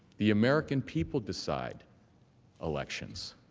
the american people decide elections.